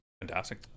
Fantastic